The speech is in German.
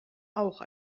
auch